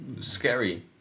scary